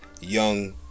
young